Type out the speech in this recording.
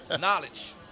Knowledge